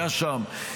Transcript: היה שם,